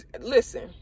listen